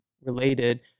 related